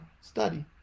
study